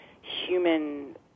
human